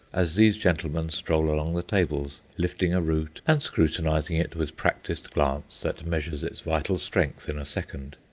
as these gentlemen stroll along the tables, lifting a root and scrutinizing it with practised glance that measures its vital strength in a second.